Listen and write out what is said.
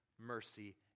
mercy